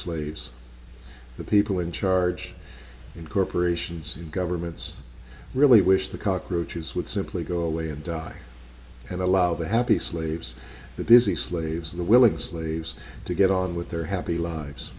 slaves the people in charge and corporations and governments really wish the cockroaches would simply go away and die and allow the happy slaves the busy slaves of the willing slaves to get on with their happy lives